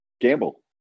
gamble